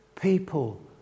people